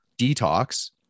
detox